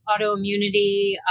autoimmunity